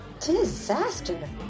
Disaster